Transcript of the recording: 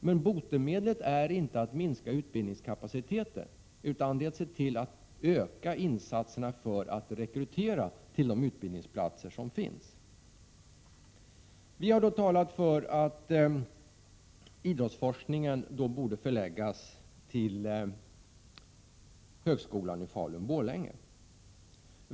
Men botemedlet är inte att minska utbildningskapaciteten utan öka insatserna för att rekrytera till de utbildningsplatser som finns. Vi har vidare talat för att idrottsforskningen skall förläggas till högskolan i Falun-Borlänge.